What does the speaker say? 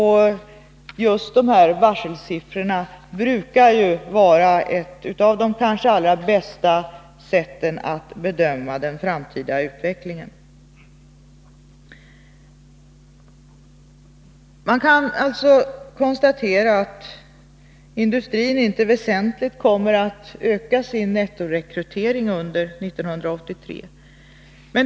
Just varselsiffrorna brukar kanske höra till det allra bästa när det gäller att bedöma den framtida utvecklingen. Man kan alltså konstatera att industrin inte väsentligt kommer att öka sin nettorekrytering under 1983.